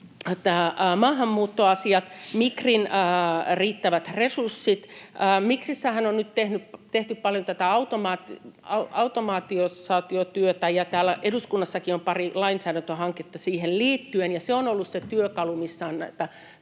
maahanmuuttoasiat, Migrin riittävät resurssit. Migrissähän on nyt tehty paljon tätä automatisaatiotyötä, ja täällä eduskunnassakin on pari lainsäädäntöhanketta siihen liittyen. Se on ollut se työkalu, missä on näitä